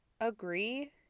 agree